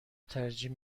ترجیح